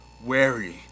Wary